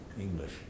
English